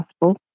possible